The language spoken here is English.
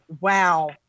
Wow